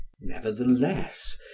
nevertheless